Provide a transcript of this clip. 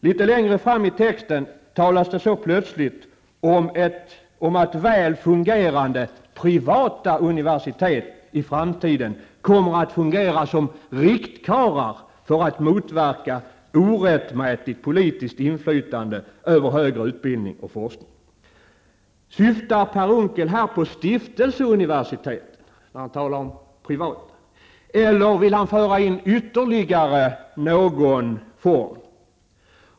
Litet längre fram i texten talas det så plötsligt om att väl fungerande privata universitet i framtiden kommer att fungera som ''riktkarlar'', för att motverka ''orättmätigt politiskt inflytande'' över högre utbildning och forskning. Syftar Per Unckel här på stiftelseuniversiteten, när han talar om privata? Eller vill han föra in ytterligare någon form?